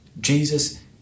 Jesus